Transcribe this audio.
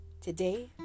Today